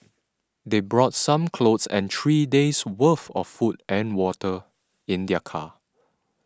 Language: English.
they brought some clothes and three days worth of food and water in their car